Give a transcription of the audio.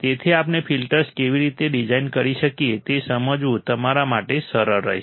તેથી આપણે ફિલ્ટર્સ કેવી રીતે ડિઝાઇન કરી શકીએ તે સમજવું તમારા માટે સરળ રહેશે